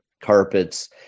carpets